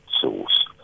source